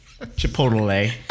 Chipotle